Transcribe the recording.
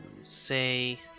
Say